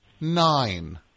Nine